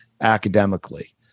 academically